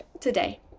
today